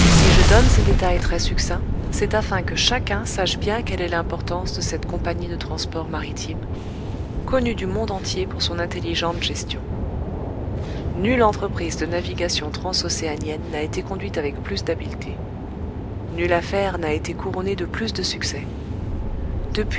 si je donne ces détails très succincts c'est afin que chacun sache bien quelle est l'importance de cette compagnie de transports maritimes connue du monde entier pour son intelligente gestion nulle entreprise de navigation transocéanienne n'a été conduite avec plus d'habileté nulle affaire n'a été couronnée de plus de succès